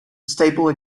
stable